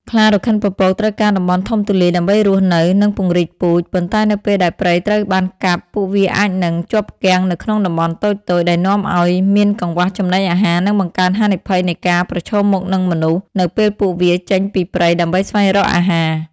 ខ្លារខិនពពកត្រូវការតំបន់ធំទូលាយ ដើម្បីរស់នៅ និងពង្រីកពូជ ប៉ុន្តែនៅពេលដែលព្រៃត្រូវបានកាប់ ពួកវាអាចនឹង ជាប់គាំងនៅក្នុងតំបន់តូចៗ ដែលនាំឲ្យមានកង្វះចំណីអាហារ និងបង្កើនហានិភ័យនៃការ ប្រឈមមុខនឹងមនុស្ស នៅពេលពួកវាចេញពីព្រៃដើម្បីស្វែងរកអាហារ។